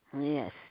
Yes